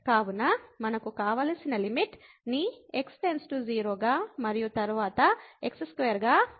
కాబట్టి మనకు కావలసిన లిమిట్ ని x → 0 గా మరియు తరువాత x2 గా పొందుతాము